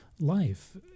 life